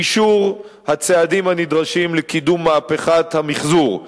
אישור הצעדים הנדרשים לקידום מהפכת המיחזור,